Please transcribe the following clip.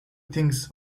things